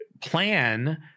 plan